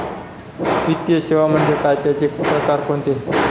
वित्तीय सेवा म्हणजे काय? त्यांचे प्रकार कोणते?